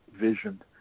vision